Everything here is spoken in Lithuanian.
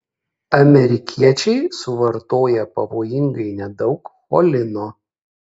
amerikiečiai suvartoja pavojingai nedaug cholino